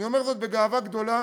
אני אומר זאת בגאווה גדולה: